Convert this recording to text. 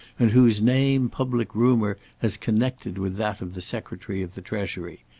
and whose name public rumour has connected with that of the secretary of the treasury.